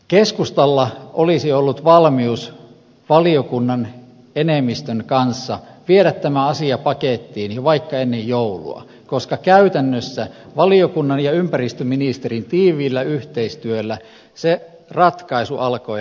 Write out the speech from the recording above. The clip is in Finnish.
keskustalla olisi ollut valmius valiokunnan enemmistön kanssa viedä tämä asia pakettiin jo vaikka ennen joulua koska käytännössä valiokunnan ja ympäristöministerin tiiviillä yhteistyöllä se ratkaisu alkoi hahmottua